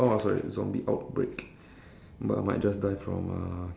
activate your trap card um